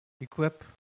equip